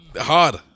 hard